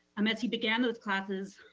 um as he began those classes,